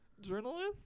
journalist